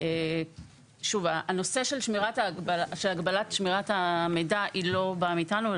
הנושא של הגבלת שמירת המידע לא באה מאיתנו,